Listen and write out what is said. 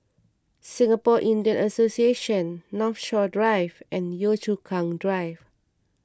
Singapore Indian Association Northshore Drive and Yio Chu Kang Drive